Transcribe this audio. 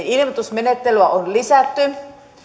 ilmoitusmenettelyä on lisätty